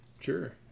sure